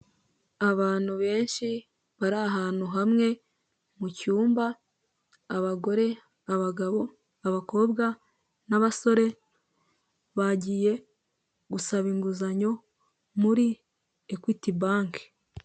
Abantu benshi bari ahantu hamwe mu cyumba abagore, abagabo, abakobwa n'abasore bagiye gusaba inguzanyo muri ekwiti banke.